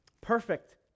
Perfect